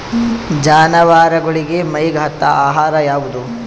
ಜಾನವಾರಗೊಳಿಗಿ ಮೈಗ್ ಹತ್ತ ಆಹಾರ ಯಾವುದು?